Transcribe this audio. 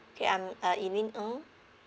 okay I'm uh elaine ng